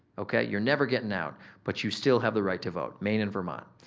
okay, you're never gettin' out but you still have the right to vote, maine and vermont.